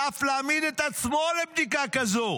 ואף להעמיד את עצמו לבדיקה כזו